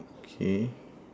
okay